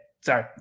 Sorry